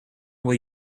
will